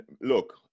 look